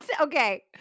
Okay